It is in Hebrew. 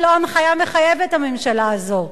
ולא הנחיה שמחייבת את הממשלה הזאת.